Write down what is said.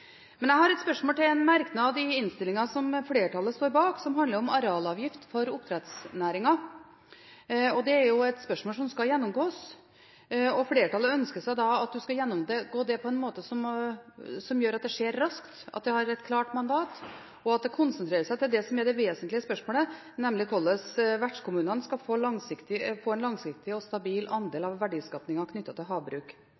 Jeg har et spørsmål til en merknad i innstillingen som flertallet som står bak, som handler om arealavgift for oppdrettsnæringen. Dette er jo et spørsmål som skal gjennomgås, og flertallet ønsker at en skal gjennomgå det på en måte som gjør at det skjer raskt, at det har et klart mandat – og at en konsentrerer seg om det som er det vesentlige spørsmålet, nemlig hvordan vertskommunene skal få en langsiktig og stabil